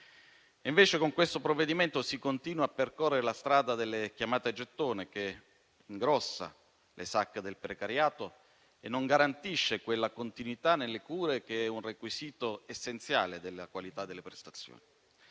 E invece, con questo provvedimento si continua a percorrere la strada delle chiamate a gettone, che ingrossa le sacche del precariato e non garantisce quella continuità nelle cure che è un requisito essenziale della qualità delle prestazioni.